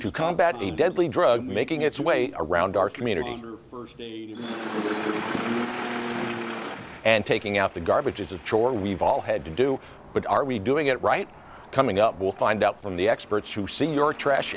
to combat a deadly drug making its way around our community so so and taking out the garbage is a chore we've all had to do but are we doing it right coming up we'll find out from the experts who see your trash